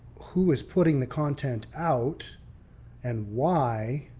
who is putting the content out and why.